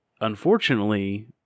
unfortunately